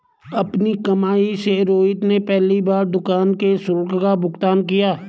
अपनी कमाई से रोहित ने पहली बार दुकान के शुल्क का भुगतान किया